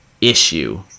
issue